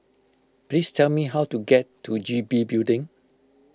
please tell me how to get to G B Building